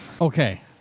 Okay